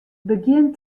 begjin